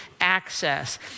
access